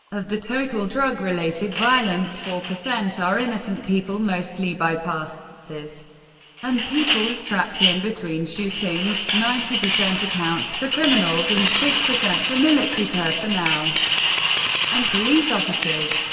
of the total drug-related violence four percent are innocent people, mostly by-passers and people trapped in between shootings ninety percent accounts for criminals and six percent for military personnel and police officers.